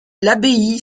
l’abbaye